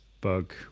bug